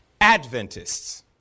Adventists